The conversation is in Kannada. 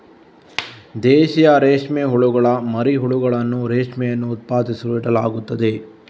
ದೇಶೀಯ ರೇಷ್ಮೆ ಹುಳುಗಳ ಮರಿ ಹುಳುಗಳನ್ನು ರೇಷ್ಮೆಯನ್ನು ಉತ್ಪಾದಿಸಲು ಇಡಲಾಗುತ್ತದೆ